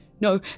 no